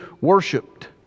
worshipped